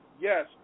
Yes